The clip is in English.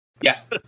Yes